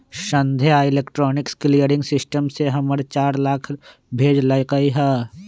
संध्या electronic clearing system से हमरा चार लाख भेज लकई ह